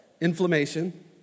inflammation